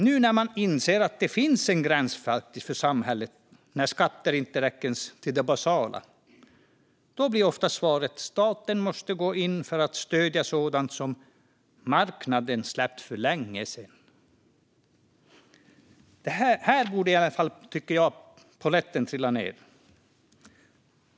Nu när man inser att det finns en gräns för samhället, där skatter inte ens räcker till det basala, blir svaret ofta att staten måste gå in för att stödja sådant som marknaden släppt för länge sedan. Här borde i alla fall polletten trilla ned, tycker jag.